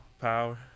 power